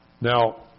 Now